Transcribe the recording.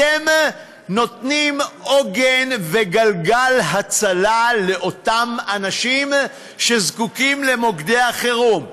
אתם נותנים עוגן וגלגל הצלה לאותם אנשים שזקוקים למוקדי החירום.